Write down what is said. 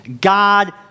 God